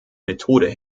methode